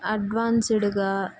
అడ్వాన్స్డ్గా